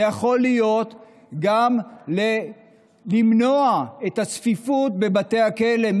זה יכול גם למנוע את הצפיפות בבתי הכלא.